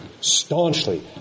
staunchly